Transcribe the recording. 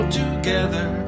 together